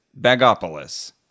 Bagopolis